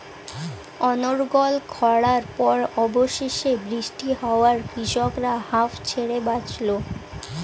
অনর্গল খড়ার পর অবশেষে বৃষ্টি হওয়ায় কৃষকরা হাঁফ ছেড়ে বাঁচল